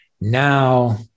Now